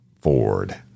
Ford